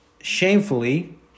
shamefully